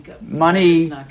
Money